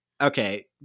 Okay